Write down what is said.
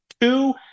two